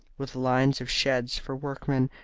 with lines of sheds for workmen,